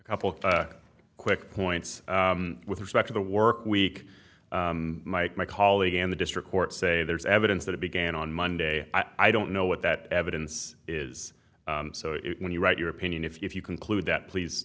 a couple of quick points with respect to the work week mike my colleague and the district court say there's evidence that it began on monday i don't know what that evidence is so it when you write your opinion if you conclude that please